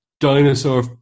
dinosaur